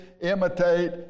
imitate